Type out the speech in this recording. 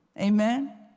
Amen